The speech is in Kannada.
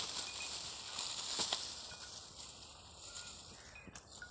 ನನ್ನ ಖಾತೆಯಿಂದ ಬಾಗಲ್ಕೋಟ್ ನ್ಯಾಗ್ ಇರೋ ನನ್ನ ತಮ್ಮಗ ರೊಕ್ಕ ಹೆಂಗ್ ಕಳಸಬೇಕ್ರಿ?